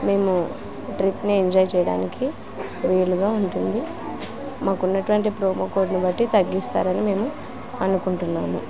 మేము ట్రిప్ని ఎంజాయ్ చెయ్యడానికి వీలుగా ఉంటుంది మాకున్నటువంటి ప్రోమో కోడ్ని బట్టి తగ్గిస్తారని మేము అనుకుంటున్నాము